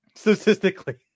Statistically